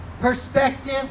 Perspective